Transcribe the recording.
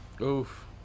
Oof